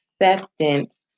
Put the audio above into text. acceptance